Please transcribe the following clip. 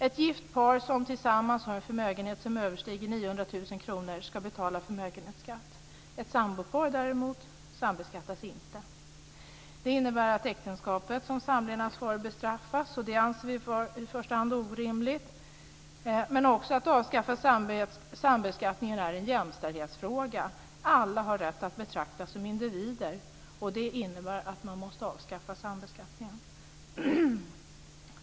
Ett gift par som tillsammans har en förmögenhet som överstiger 900 000 kr ska betala förmögenhetsskatt. Ett sambopar däremot sambeskattas inte. Det innebär att äktenskapet som samlevnadsform bestraffas. Det anser vi i första hand orimligt. Men att avskaffa sambeskattningen är också en jämställdhetsfråga. Alla har rätt att betraktas som individer. Det innebär att man måste avskaffa sambeskattningen.